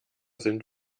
sind